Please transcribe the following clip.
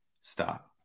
Stop